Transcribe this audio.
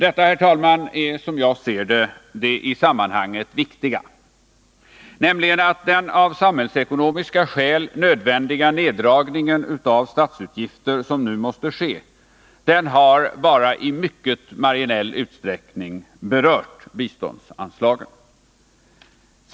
Detta är som jag ser det, herr talman, det i sammanhanget viktiga, nämligen att den av samhällsekonomiska skäl nödvändiga neddragningen av statsutgifterna, som nu måste ske, bara i mycket marginell utsträckning berör biståndsanslagen.